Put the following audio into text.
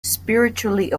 spiritually